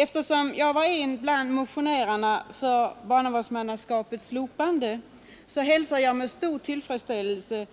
Eftersom jag var en bland motionärerna för barnavårdsmannaskapets slopande hälsar jag med stor tillfredsställelse